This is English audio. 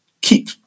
keep